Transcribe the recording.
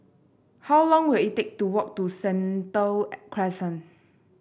how long will it take to walk to Sentul Crescent